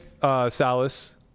Salas